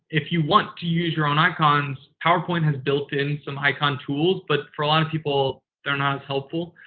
if you want to use your own icons, powerpoint has built in some icon tools, but for a lot of people, they're not as helpful.